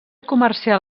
comercial